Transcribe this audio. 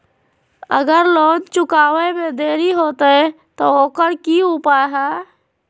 अगर लोन चुकावे में देरी होते तो ओकर की उपाय है?